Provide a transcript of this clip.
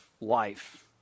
life